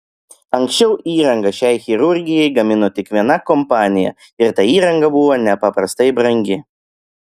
anksčiau įrangą šiai chirurgijai gamino tik viena kompanija ir ta įranga buvo nepaprastai brangi